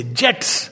jets